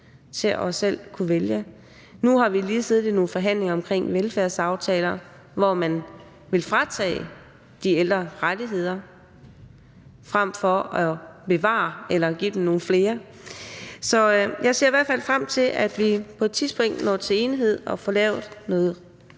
til at kunne vælge. Nu har vi lige siddet i nogle forhandlinger om velfærdsaftaler, hvor man vil fratage de ældre rettigheder frem for at bevare dem eller give dem nogle flere. Jeg ser i hvert fald frem til, at vi på et tidspunkt når til enighed og får lavet noget godt